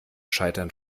scheitern